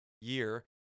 year